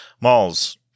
malls